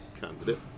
candidate